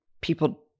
people